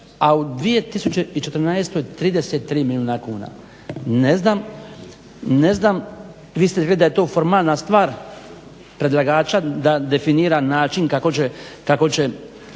a u 2014. 33 milijuna kuna. Ne znam, vi ste rekli da je to formalna stvar predlagača da definira način kako će izvršiti